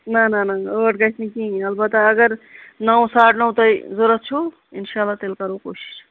نہَ نہَ نہَ نہَ ٲٹھ گژھِ نہٕ کِہیٖنٛۍ اَلبَتہٕ اگر نَو ساڑ نَو تُہۍ ضروٗرت چھُو اِنشااللہ تیٚلہِ کرو کوٗشِش